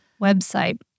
website